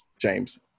James